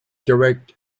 direct